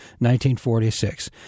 1946